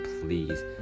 please